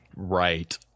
right